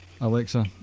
Alexa